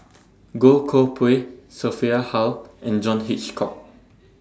Goh Koh Pui Sophia Hull and John Hitchcock